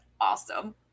awesome